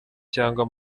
cyangwa